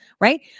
right